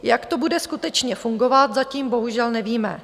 Jak to bude skutečně fungovat, zatím bohužel nevíme.